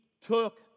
took